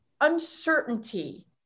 uncertainty